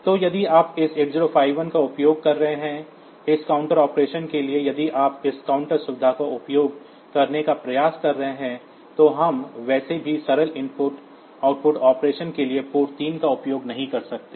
तो यदि आप इस 8051 का उपयोग कर रहे हैं इस काउंटर ऑपरेशन के लिए यदि आप इस काउंटर सुविधा का उपयोग करने का प्रयास कर रहे हैं तो हम वैसे भी सरल इनपुट आउटपुट ऑपरेशन के लिए पोर्ट ३ का उपयोग नहीं कर सकते हैं